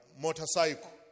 motorcycle